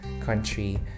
country